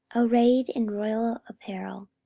arrayed in royal apparel,